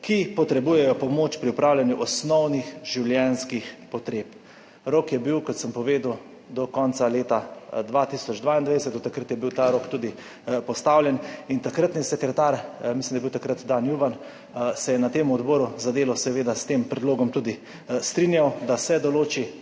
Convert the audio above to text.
ki potrebujejo pomoč pri opravljanju osnovnih življenjskih potreb.« Rok je bil, kot sem povedal, do konca leta 2022, do takrat je bil ta rok tudi postavljen in takratni sekretar, mislim, da je bil takrat Dan Juvan, se je na Odboru za delo seveda s tem predlogom tudi strinjal, da se določi